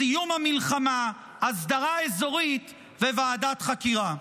סיום המלחמה, הסדרה אזורית וועדת חקירה.